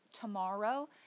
tomorrow